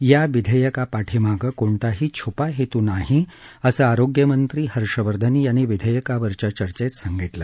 या विधेयकापाठीमागे कोणताही छुपा हेतू नाही असं आरोग्यमंत्री हर्षवर्धन यांनी विधेयकावरच्या चर्चेत सांगितलं